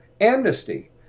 amnesty